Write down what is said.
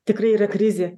tikrai yra krizė